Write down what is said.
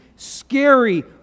scary